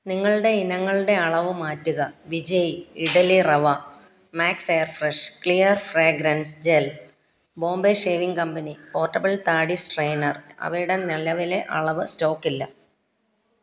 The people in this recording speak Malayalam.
നിങ്ങളുടെ ഇനങ്ങളുടെ അളവ് മാറ്റുക Vijay idli rava max air fresh clear fragrance gel Bombay shaving company portable താടി സ്ട്രെയിറ്റനർ അവയുടെ നിലവിലെ അളവ് സ്റ്റോക്ക് ഇല്ല